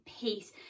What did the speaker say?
peace